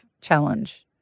challenge